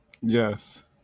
Yes